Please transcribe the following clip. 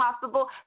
possible